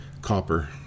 Copper